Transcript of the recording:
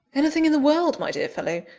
anything in the world, my dear fellow.